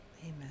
amen